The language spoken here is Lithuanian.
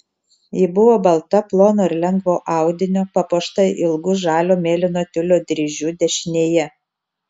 ji buvo balta plono ir lengvo audinio papuošta ilgu žalio ir mėlyno tiulio dryžiu dešinėje